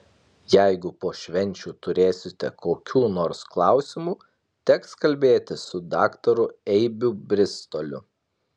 jeigu po švenčių turėsite kokių nors klausimų teks kalbėtis su daktaru eibių bristoliu